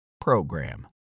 PROGRAM